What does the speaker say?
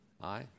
Aye